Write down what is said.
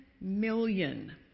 million